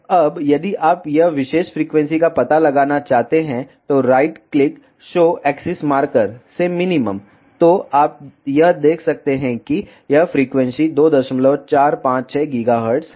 अब यदि आप यह विशेष फ्रीक्वेंसी का पता लगाना चाहते हैं तो right click show axis marker से मिनिमम तो आप यह देख सकते हैं कि यह फ्रीक्वेंसी 2456 GHz है